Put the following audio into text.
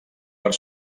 per